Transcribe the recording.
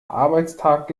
arbeitstag